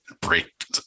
break